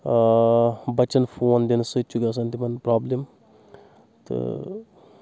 اۭں بَچن فون دِنہٕ سۭتۍ چھُ گژھان تِمن پرابلِم تہٕ